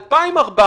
מתוך 2,400,